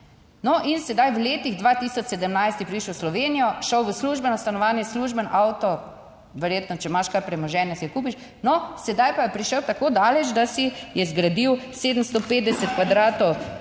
No, in sedaj v letih 2017 je prišel v Slovenijo, šel v službeno stanovanje, služben avto. Verjetno, če imaš kaj premoženja, si ga kupiš. No, sedaj pa je prišel tako daleč, da si je zgradil 750 kvadratov